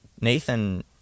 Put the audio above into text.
Nathan